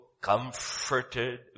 comforted